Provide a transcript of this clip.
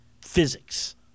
physics